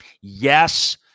Yes